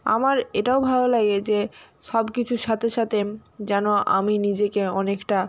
আমার এটাও ভালো লাগে যে সব কিছুর সাথে সাথে যেন আমি নিজেকে অনেকটা